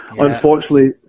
unfortunately